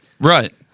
Right